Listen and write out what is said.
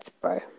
bro